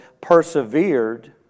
persevered